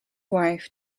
wife